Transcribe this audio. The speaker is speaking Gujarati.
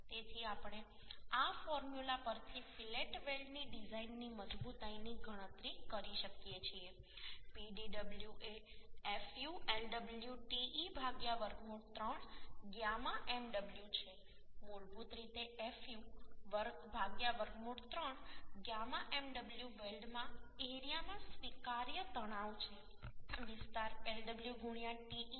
તેથી આપણે આ ફોર્મ્યુલા પરથી ફિલેટ વેલ્ડની ડિઝાઇનની મજબૂતાઈની ગણતરી કરી શકીએ છીએ Pdw એ fu Lw te વર્ગમૂળ 3 γ mw છે મૂળભૂત રીતે fu વર્ગમૂળ 3 γ mw વેલ્ડમાં એરિયામાં સ્વીકાર્ય તણાવ છે વિસ્તાર Lw te છે